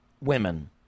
women